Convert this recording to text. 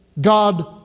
God